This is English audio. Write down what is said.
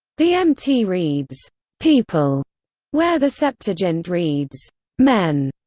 the mt reads people where the septuagint reads men.